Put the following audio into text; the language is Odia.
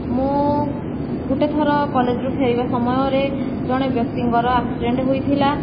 ମୁଁ ଗୋଟିଏ ଥର କଲେଜରୁ ଫେରିବା ସମୟରେ ଜଣେ ବ୍ୟକ୍ତିଙ୍କର ଆକ୍ସିଡେଣ୍ଟ ହୋଇଥିଲା